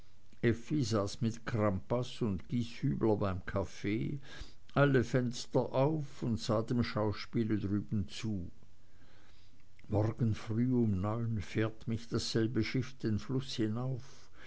mit crampas und gieshübler beim kaffee alle fenster auf und sah dem schauspiel drüben zu morgen früh um neun führt mich dasselbe schiff den fluß hinauf